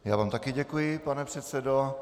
Já vám také děkuji, pane předsedo.